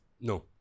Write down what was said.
No